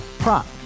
Prop